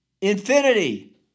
infinity